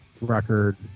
record